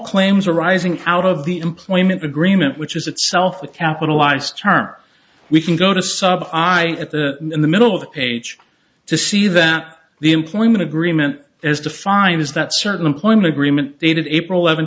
claims arising out of the employment agreement which is itself a capitalized term we can go to sub i at the in the middle of the page to see that the employment agreement is defined as that certain employment agreement dated april e